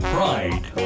Pride